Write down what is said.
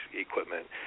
equipment